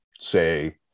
say